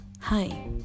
Hi